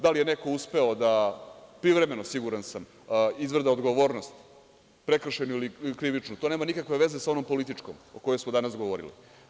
Da li je neko uspeo da privremeno, siguran sam, izvrda odgovornost prekršajnu ili krivičnu, to nema nikakve veze sa onom političkom o kojoj smo danas govorili.